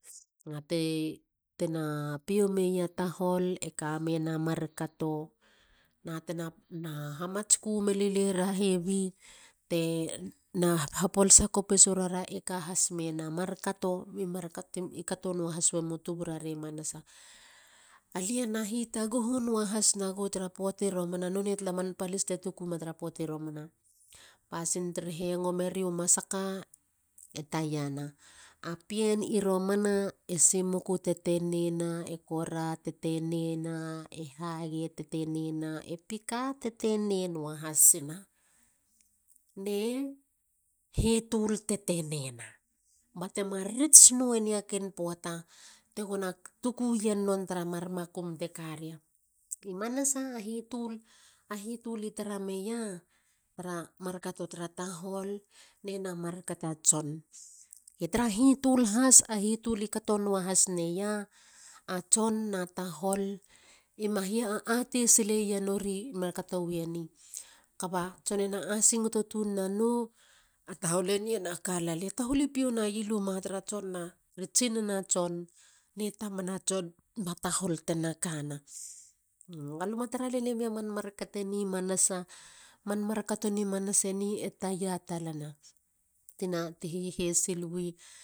Na tena piou meia tahol e kameiena mar kato na tena hamatsku melile ra a hebi. tena hapolasa kopis werira e ka has mena mar kato markato e kato nuahasinu tubu rare manasa. Alia na hitaguhu nua has na gou tra man poati romana. none tala man palis te butuni romana. Pasin te hengo meriu masaka e taiana. A pien i romana e simuku tetene na. kora tetene na e hage tetene na e pika tetene nua hasina ne hitul tetene na bate ma butu nua neia tra puata a niga. I manasa a hitul i tara meia tra mar kato tra tahol nena mar kata tson. Tra hitul has. a hitul e kato no has neia a tson na tahol ima hia ate sileia nori markato wieni kaba tson ena asingota tun na nou a tahol. A tahol i pieoneia tere tsinana tson na tamana tson ba tahol tena kana. Ga luma tara lenemi a man markate ni i romana.